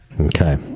Okay